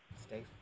stay